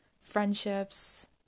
friendships